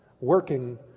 working